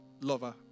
lover